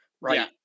Right